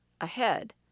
ahead